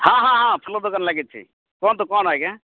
ହଁ ହଁ ହଁ ଫୁଲ ଦୋକାନ ଲାଗିଛି କୁହନ୍ତୁ କ'ଣ ଆଜ୍ଞା